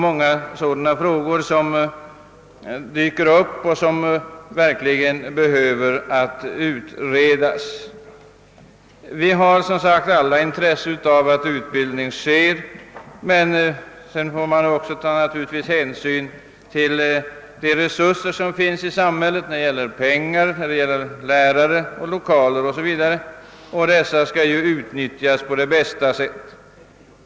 — många sådana problem dyker upp, och de behöver verkligen utredas. Vi har som sagt alla intresse av att utbildning bedrivs, men vi måste också ta hänsyn till de resurser som finns i samhället när det gäller pengar, lärare, lokaler etc. De bör naturligtvis utnyttjas på bästa sätt.